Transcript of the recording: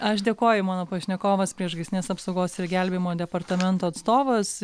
aš dėkoju mano pašnekovas priešgaisrinės apsaugos ir gelbėjimo departamento atstovas